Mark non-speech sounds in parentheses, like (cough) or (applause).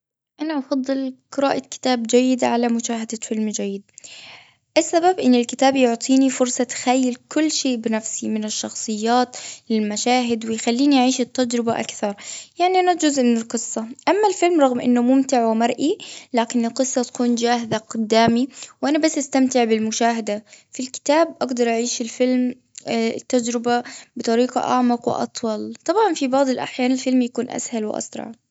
أنا أفضل (hesitation) قراءة كتاب جيد على مشاهدة (noise) فيلم جيد. السبب إن الكتاب يعطيني (noise) فرصة اتخيل كل شي بنفسي، من الشخصيات للمشاهد، ويخليني أعيش التجربة أكثر. يعني أنا جزء من القصة. (noise) أما الفيلم رغم أنه ممتع ومرئي، لكن القصة تكون جاهزة (noise) قدامي، وأنا بس أستمتع بالمشاهدة. (noise) في الكتاب أجدر أعيش الفيلم- ال (hesitation) تجربة بطريقة أعمق وأطول. طبعاً في بعض الأحيان، الفيلم يكون أسهل وأسرع.